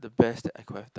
the best I could have done